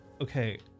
Okay